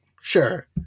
Sure